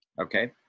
okay